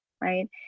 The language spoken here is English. right